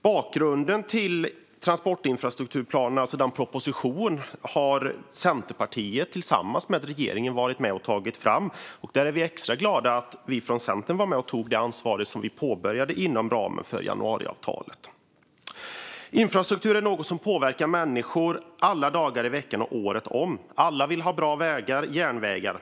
Bakgrunden till transportinfrastrukturplanen, alltså propositionen, har Centerpartiet tillsammans med regeringen varit med och tagit fram. Vi från Centern är extra glada att vi var med och tog ansvar för det som påbörjades inom ramen för januariavtalet. Infrastruktur är något som påverkar människor alla dagar i veckan och året om. Alla vill ha bra vägar och järnvägar.